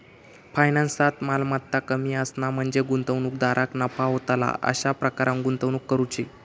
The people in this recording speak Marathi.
फायनान्सात, मालमत्ता कमी असणा म्हणजे गुंतवणूकदाराक नफा होतला अशा प्रकारान गुंतवणूक करुची